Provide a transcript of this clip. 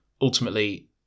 Ultimately